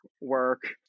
work